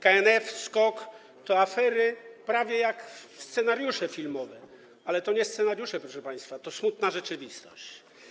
KNF, SKOK to afery prawie jak w scenariuszu filmowym, ale to nie scenariusze, proszę państwa, to smutna rzeczywistość.